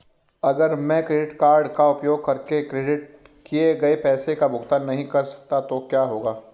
अगर मैं credit card का उपयोग करके क्रेडिट किए गए पैसे का भुगतान नहीं कर सकता तो क्या होगा?